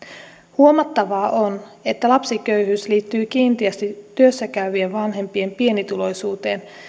huomattavaa on että lapsiköyhyys liittyy kiinteästi työssä käyvien vanhempien pienituloisuuteen